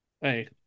Hey